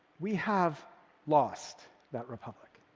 we have lost that republic.